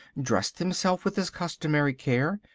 dressed himself with his customary care,